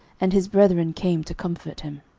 and his brethren came to comfort him.